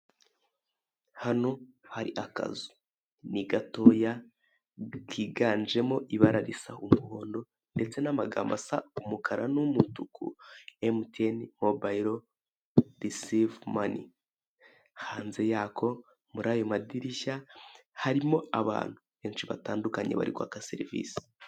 Hano hari akazu ni gatoya kiganjemo ibara risa umuhondo ndetse n'amagambo asa umukara n'umutuku MTN Mobile recieve Money, hanze yako muri ayo madirishya harimo abantu benshi batandukanye barirerwaga service.